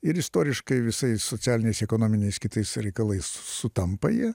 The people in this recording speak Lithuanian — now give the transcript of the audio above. ir istoriškai visais socialiniais ekonominiais kitais reikalais sutampa jie